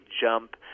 jump